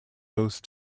those